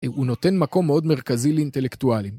הוא נותן מקום מאוד מרכזי לאינטלקטואלים.